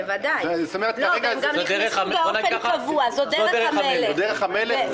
בוודאי, והם גם נכנסו באופן קבוע, זאת דרך המלך.